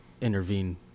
intervene